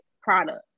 product